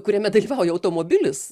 kuriame dalyvauja automobilis